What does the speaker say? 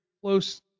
close